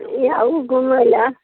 इहाँ आउ घुमय लए